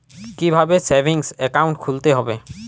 কীভাবে savings account খুলতে হবে?